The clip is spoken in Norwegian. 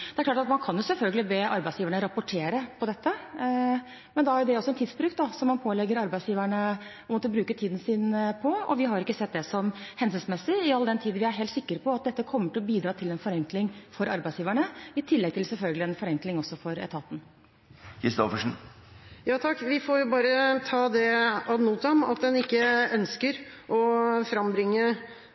Det er klart at man kan selvfølgelig be arbeidsgiverne rapportere om dette, men da er det en tidsbruk som man pålegger arbeidsgiverne. Vi har ikke sett det hensiktsmessig, all den tid vi er helt sikre på at dette kommer til å bidra til en forenkling for arbeidsgiverne, i tillegg til selvfølgelig en forenkling for etaten. Vi får bare ta ad notam at en ikke ønsker å frambringe